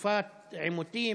בתקופת עימותים,